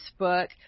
Facebook